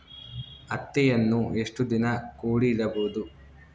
ಹತ್ತಿಯನ್ನು ಎಷ್ಟು ದಿನ ಕೂಡಿ ಇಡಬಹುದು?